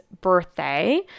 birthday